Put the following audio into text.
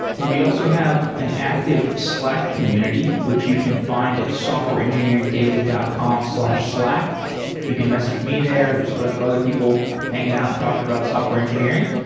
we also have an active slack community which you can find at softwareengineeringdaily dot com slack you can message me there, there's a bunch of other people hanging out and talking about software engineering.